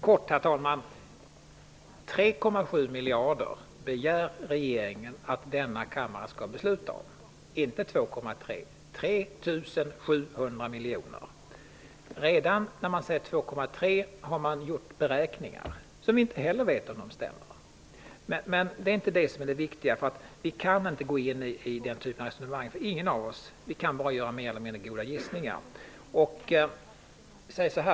Herr talman! 3,7 miljarder begär regeringen att denna kammare skall besluta om, inte 2,3 miljarder. När man säger 2,3 miljarder har man redan gjort beräkningar som vi inte heller vet om de stämmer. Men det är inte det som är det viktiga; vi kan inte gå in i den typen av resonemang. Ingen av oss kan göra mer än mer eller mindre goda gissningar.